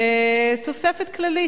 ותוספת כללית,